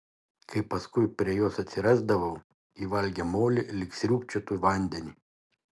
kai paskui prie jos atsirasdavau ji valgė molį lyg sriūbčiotų vandenį